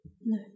No